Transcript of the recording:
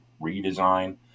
redesign